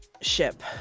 ship